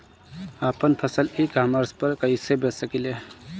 आपन फसल e commerce पर कईसे बेच सकिले?